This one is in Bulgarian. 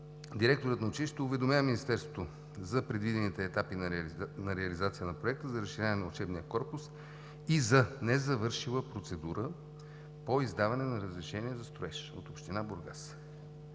директорът на училището уведомява Министерството за предвидените етапи на реализация на Проекта – разширяване на учебния корпус, и незавършила процедура по издаване на разрешение за строеж от община Бургас.